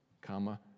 comma